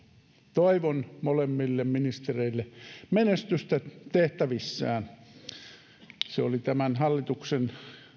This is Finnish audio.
toivon molemmille ministereille menestystä tehtävissään oli tämän hallituksen